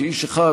כאיש אחד,